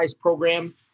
program